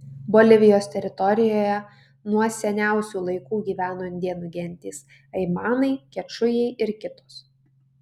bolivijos teritorijoje nuo seniausių laikų gyveno indėnų gentys aimanai kečujai ir kitos